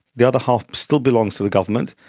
the other half still belongs to the government.